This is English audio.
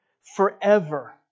forever